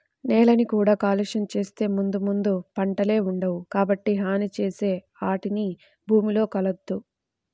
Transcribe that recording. నేలని కూడా కాలుష్యం చేత్తే ముందు ముందు పంటలే పండవు, కాబట్టి హాని చేసే ఆటిని భూమిలో కలపొద్దు